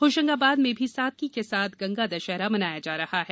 होशंगाबाद में भी सादगी के साथ गंगा दशहरा मनाया जा रहा है